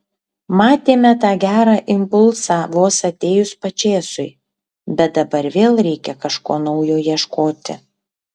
matėme tą gerą impulsą vos atėjus pačėsui bet dabar vėl reikia kažko naujo ieškoti